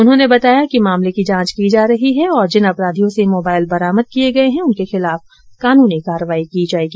उन्होंने बताया कि मामले की जांच की जा रही है और जिन अपराधियों से मोबाइल बरामद किए गए है उनके खिलाफ कानूनी कार्रवाई की जाएगी